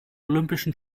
olympischen